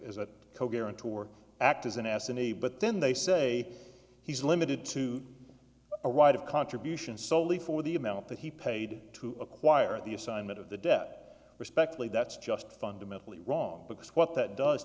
and a but then they say he's limited to a right of contributions soley for the amount that he paid to acquire the assignment of the debt respectively that's just fundamentally wrong because what that does